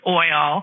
oil